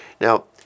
Now